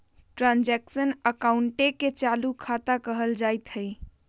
transaction अकाउंटे के चालू खता कहल जाइत हइ